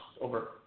over